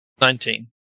Nineteen